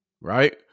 Right